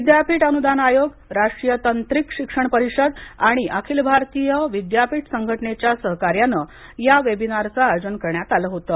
विद्यापीठ अनुदान आयोग राष्ट्रीय तांत्रिक शिक्षण परिषद आणि अखिल भारतीय विद्यापीठ संघटनेच्या सहकार्याने या वेबिनारचं आयोजन करण्यात आलं होतं